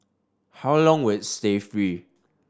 how long with stay free